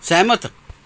ਸਹਿਮਤ